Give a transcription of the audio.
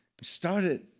started